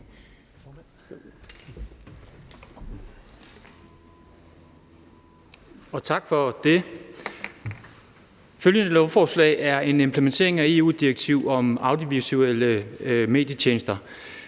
Tak for det. Lovforslaget er en implementering af et EU-direktiv om audiovisuelle medietjenester.